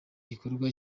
gikorwa